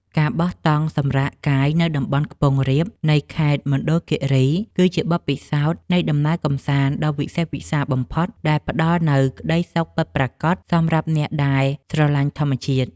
ការបោះតង់សម្រាកកាយនៅតំបន់ខ្ពង់រាបនៃខេត្តមណ្ឌលគីរីគឺជាបទពិសោធន៍នៃដំណើរកម្សាន្តដ៏វិសេសវិសាលបំផុតដែលផ្តល់នូវក្តីសុខពិតប្រាកដសម្រាប់អ្នកដែលស្រឡាញ់ធម្មជាតិ។